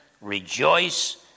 rejoice